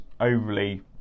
overly